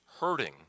hurting